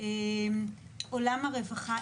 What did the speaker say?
עולם הרווחה,